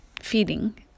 feeding